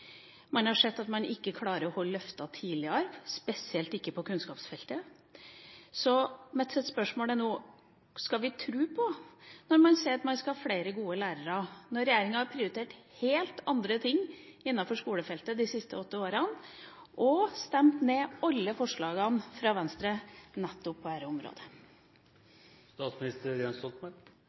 Man har sett at man ikke har klart å holde tidligere løfter, spesielt ikke på kunnskapsfeltet. Mitt spørsmål er: Kan vi tro på det når man sier at man skal ha flere gode lærere, når regjeringspartiene har prioritert helt andre ting innenfor skolefeltet de siste åtte årene – og stemt ned alle forslagene fra Venstre på